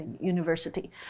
University